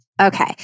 Okay